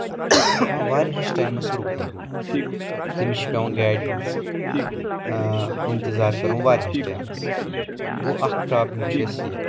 واریَاہَس ٹایمَس رُکُن تٔمِس چھُ پیوان گاڈِ ہنٛدس انتظار کرُن واریاہَس ٹایمَس گوٚو اکھ پرابلم چھےٚ اَسہِ یہِ